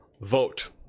vote